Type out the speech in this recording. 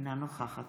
אינה נוכחת